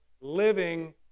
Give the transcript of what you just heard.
living